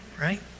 right